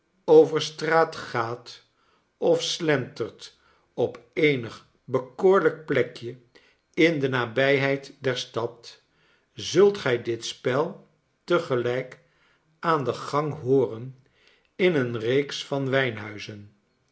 over straat gaat of slentert op eenig bekoorlijk plekje in de nabijheid der stad zultgijdit spel tegelijk aan den gang hooren in een reeks van wijnhuizen